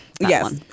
Yes